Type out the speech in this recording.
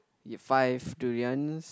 five durians